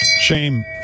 shame